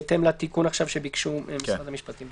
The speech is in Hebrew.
בהתאם לתיקון שביקשו עכשיו משרד המשפטים,